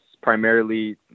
primarily